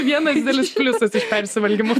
vienas didelis pliusas iš persivalgymo